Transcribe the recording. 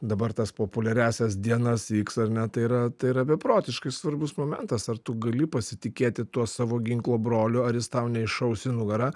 dabar tas populiariąsias dienas iks ar ne tai yra tai yra beprotiškai svarbus momentas ar tu gali pasitikėti tuo savo ginklo broliu ar jis tau neišaus į nugarą